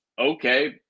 okay